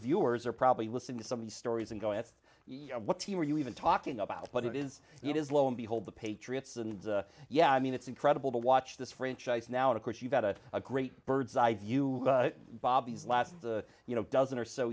viewers are probably listening to some of these stories and go with what team are you even talking about but it is it is lo and behold the patriots and yeah i mean it's incredible to watch this franchise and now of course you've got a great bird's eye view bob these last you know dozen or so